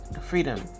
freedom